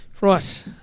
Right